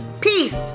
Peace